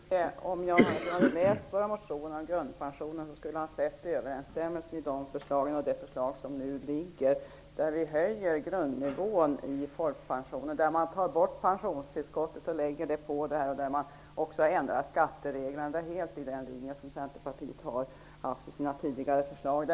Herr talman! Om Jan Andersson hade läst våra motioner om grundpensionen skulle han ha sett överensstämmelsen mellan de förslagen och det förslag som nu ligger. Det innebär att grundnivån i folkpensionen skall höjas, att man skall ta bort pensionstillskottet och lägga det ovanpå och att skattereglerna också ändras. Detta är helt i linje med Centerpartiets tidigare förslag.